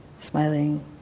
smiling